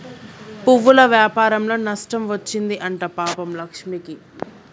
పువ్వుల వ్యాపారంలో నష్టం వచ్చింది అంట పాపం లక్ష్మికి